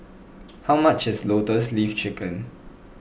how much is Lotus Leaf Chicken